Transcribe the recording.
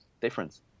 Difference